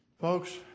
folks